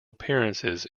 appearances